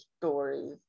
stories